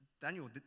Daniel